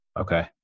Okay